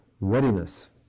Readiness